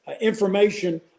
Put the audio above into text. information